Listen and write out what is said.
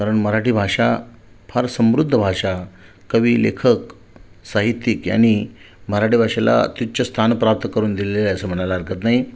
कारण मराठी भाषा फार समृद्ध भाषा कवी लेखक साहित्यिक यांनी मराठी भाषेला अत्युच्च स्थान प्राप्त करून दिलेले आहे असं म्हणायला हरकत नाही